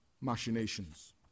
machinations